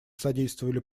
содействовали